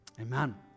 Amen